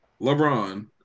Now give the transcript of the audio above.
LeBron